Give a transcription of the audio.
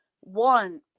One